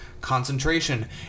Concentration